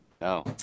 No